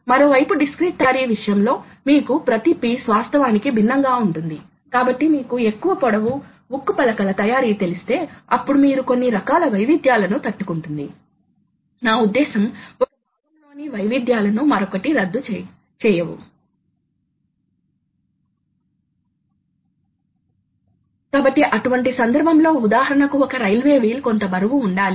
అదేవిధంగా X Y Z లో dimensional సమాచారం అందించబడుతుంది దశాంశ బిందువు సరైనది అయితె మీరు feed rate spindle speed tool number వంటి విషయాలు అందించాలి ఎందుకంటే సాధనాలు పత్రిక లో వాటి సంఖ్య ద్వారా ప్రత్యేకంగా గుర్తించబడతాయికాబట్టి యంత్రం ఒక నిర్దిష్ట సాధనాన్ని ఎంచుకోవలసి వస్తే ఆ సాధన సంఖ్య ఇవ్వాలి